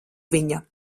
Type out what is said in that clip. viņa